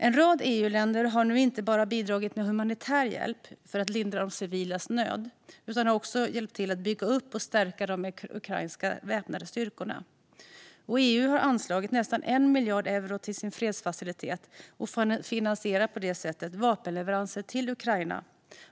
En rad EU-länder har nu inte bara bidragit med humanitär hjälp för att lindra de civilas nöd utan har också hjälpt till att bygga upp och stärka de ukrainska väpnade styrkorna. EU har anslagit nästan 1 miljard euro till sin fredsfacilitet och finansierar på det sättet vapenleveranser till Ukraina.